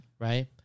right